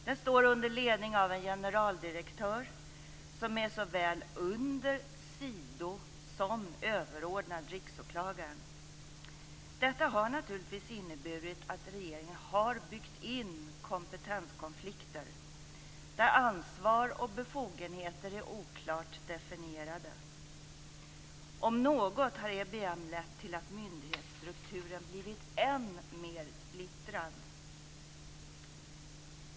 Den står under ledning av en generaldirektör som är såväl under-, sido som överordnad Riksåklagaren. Detta har naturligtvis inneburit att regeringen har byggt in kompetenskonflikter där ansvar och befogenheter är oklart definierade. Om något har EBM lett till att myndighetsstrukturen blivit än mer splittrad.